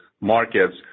markets